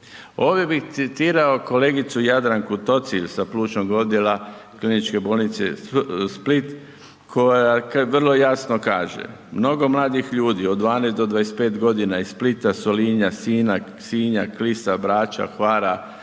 Ove bih citirao kolegicu Jadranku Tocilj sa plućnog odjela Kliničke bolnice Split koja vrlo jasno kaže. Mnogo mladih ljudi od 12-25 godina iz Splita, Solina, Sinja, Klisa, Brača, Hvara,